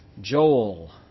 Joel